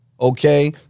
okay